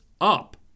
up